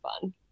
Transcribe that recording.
fun